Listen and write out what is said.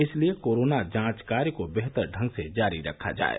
इसलिए कोरोना जांच कार्य को बेहतर ढंग से जारी रखा जाये